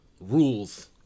rules